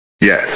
Yes